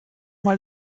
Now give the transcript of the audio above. mal